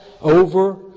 over